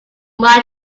much